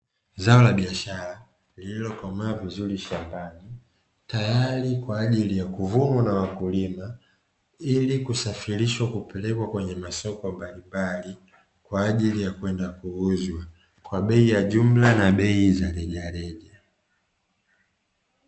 Zao la biashara lililokomaa vizuri shambani tayari kwa ajili ya kuvunwa na wakulima, ili kusafirishwa kupelekwa kwenye masoko mbalimbali, kwa ajili ya kwenda kuuzwa kwa bei ya jumla bei za rejareja.